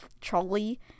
trolley